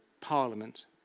Parliament